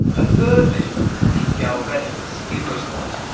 a third measurement, the galvanic skin response,